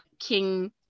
King